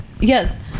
yes